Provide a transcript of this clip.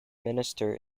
minister